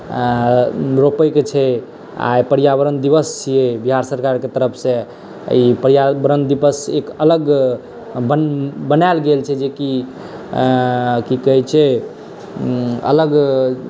आ रोपैके छै आइ पर्यावरण दिवस छियै बिहार सरकारके तरफसँ ई पर्यावरण दिवस एक अलग बनायल गेल छै जेकि की कहैत छै अलग